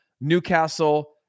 Newcastle